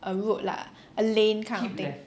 a road lah a lane kind of thing